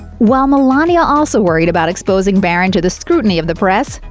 while melania also worried about exposing barron to the scrutiny of the press,